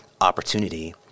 opportunity